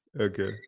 Okay